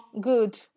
Good